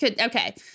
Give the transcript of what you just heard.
okay